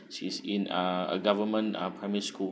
she's in a a government uh primary school